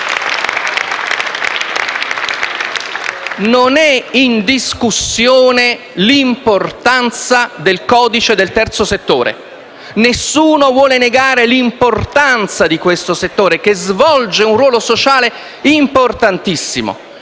Non è in discussione l'importanza del codice del terzo settore. Nessuno vuole negare l'importanza di questo settore che svolge un ruolo sociale importantissimo;